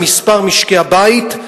במספר משקי-הבית,